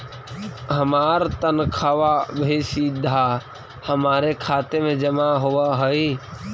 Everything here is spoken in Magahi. हमार तनख्वा भी सीधा हमारे खाते में जमा होवअ हई